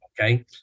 Okay